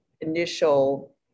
initial